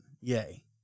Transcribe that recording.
Yay